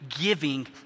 giving